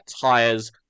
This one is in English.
tires